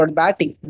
batting